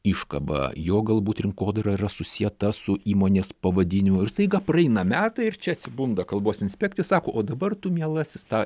iškabą jo galbūt rinkodara yra susieta su įmonės pavadinimu ir staiga praeina metai ir čia atsibunda kalbos inspekcija sako o dabar tu mielasis tą